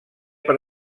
per